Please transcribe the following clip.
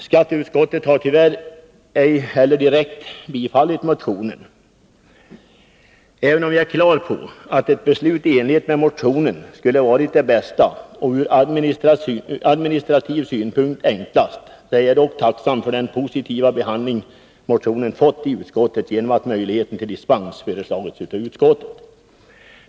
Skatteutskottet har tyvärr ej direkt tillstyrkt motionen. Även om jag är på det klara med att ett beslut i enlighet med motionen hade varit det bästa och det från administrativ synpunkt enklaste, är jag tacksam för den positiva behandling som motionen har fått i utskottet genom att utskottet föreslagit en möjlighet till dispens.